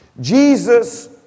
Jesus